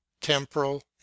temporal